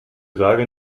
sage